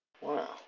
Wow